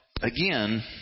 again